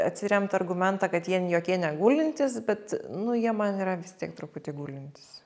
atsiremt argumentą kad jie jokie negulintys bet nu jie man yra vis tiek truputį gulintys